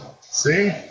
see